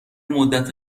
مدت